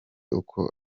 uko